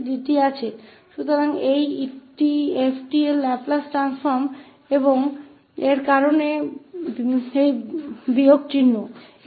तो यह इस 𝑡𝑓𝑡 का लाप्लास रूपांतर है और इस वजह से यह माइनस साइन है